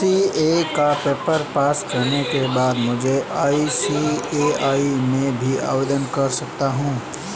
CA का paper pass करने के बाद तुम आई.सी.ए.आई में भी आवेदन कर सकते हो